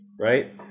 right